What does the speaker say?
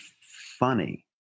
funny